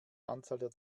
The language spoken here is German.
anzahl